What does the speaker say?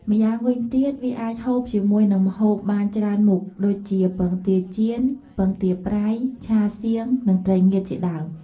ម្យ៉ាងវិញទៀតវាអាចហូបជាមួយនិងម្ហូបបានច្រើនមុខដូចជា ពងទាចៀន ពងទាប្រៃ ឆាសៀង និងត្រីងៀតជាដើម។